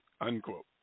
unquote